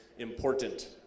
important